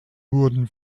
wurden